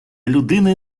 людини